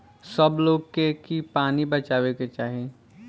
सब लोग के की पानी बचावे के चाही